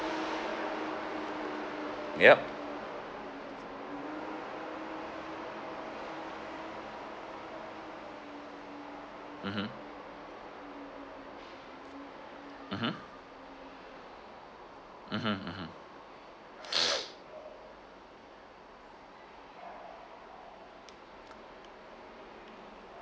yup mmhmm mmhmm mmhmm mmhmm